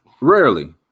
Rarely